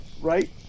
right